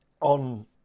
on